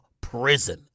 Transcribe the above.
prison